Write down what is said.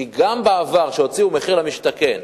כי גם בעבר, כשהוציאו מחיר למשתכן,